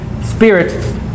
spirit